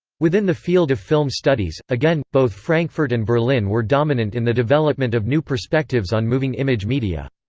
within the field of film studies, again, both frankfurt and berlin were dominant in the development of new perspectives on moving image media.